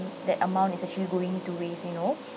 that amount is actually going to waste you know